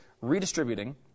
redistributing